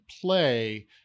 play